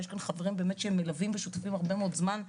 יש כאן חברים שהם באמת מלווים ושותפים הרבה מאוד זמן,